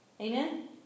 Amen